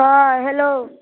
हँ हैलो